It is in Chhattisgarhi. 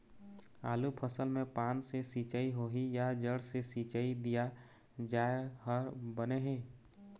आलू फसल मे पान से सिचाई होही या जड़ से सिचाई दिया जाय हर बने हे?